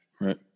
Right